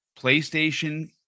PlayStation